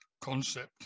concept